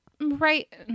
right